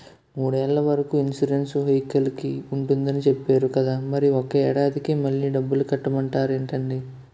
మూడేళ్ల వరకు ఇన్సురెన్సు వెహికల్కి ఉంటుందని చెప్పేరు కదా మరి ఒక్క ఏడాదికే మళ్ళి డబ్బులు కట్టమంటారేంటండీ?